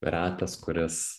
retas kuris